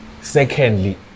secondly